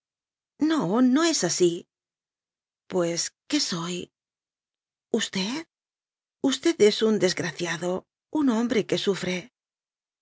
no iio es así pues qué soy usted usted es un desgraciado un hombre que sufre